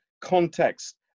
context